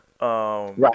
Right